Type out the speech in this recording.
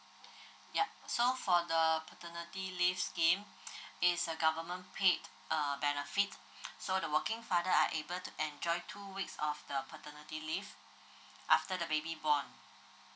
yup so for the paternity leave scheme is a government paid err benefits so the working father are able to enjoy two weeks of the paternity leave after the baby born